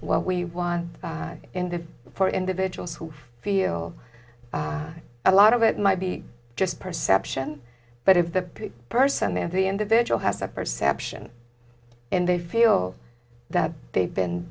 what we want in this for individuals who feel a lot of it might be just perception but if that person there the individual has a perception and they feel that they've been